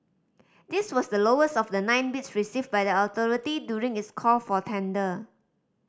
this was the lowest of the nine bids received by the authority during its call for tender